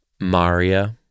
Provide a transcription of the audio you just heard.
Maria